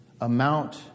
amount